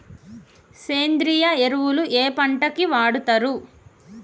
సేంద్రీయ ఎరువులు ఏ పంట కి వాడుతరు?